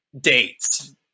dates